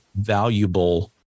valuable